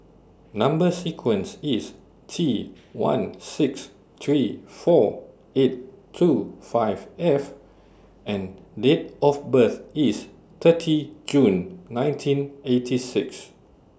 Number sequence IS T one six three four eight two five F and Date of birth IS thirty June nineteen eighty six